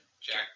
Jack